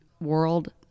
world